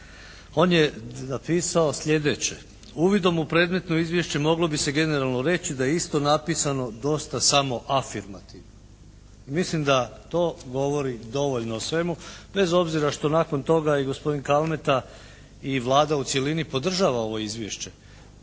On je napisao sljedeće: "Uvidom u predmetno izvješće moglo bi se generalno reći da je isto napisano dosta samoafirmativno.". Mislim da to govori dovoljno o svemu, bez obzira što nakon toga je gospodin Kalmeta i Vlada u cjelini podržala ovo Izvješće.